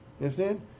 understand